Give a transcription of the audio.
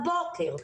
הבוקר,